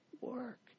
work